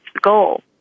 goal